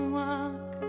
walk